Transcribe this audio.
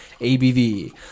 ABV